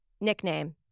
nickname